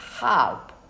help